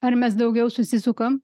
ar mes daugiau susisukam